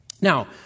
Now